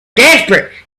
desperate